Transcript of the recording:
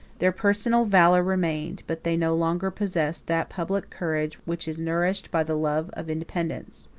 their personal valor remained, but they no longer possessed that public courage which is nourished by the love of independence,